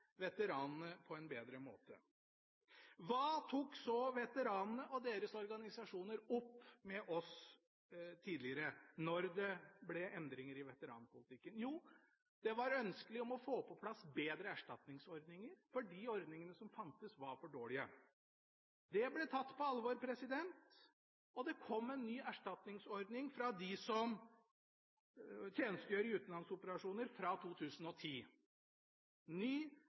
veteranene på en bedre måte. Hva tok så veteranene og deres organisasjoner opp med oss tidligere for å få endringer i veteranpolitikken? Jo, det var ønskelig å få på plass bedre erstatningsordninger fordi ordningene som fantes, var for dårlige. Det ble tatt på alvor, og det kom en ny erstatningsordning for dem som tjenestegjør i utenlandsoperasjoner fra 2010,